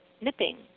nipping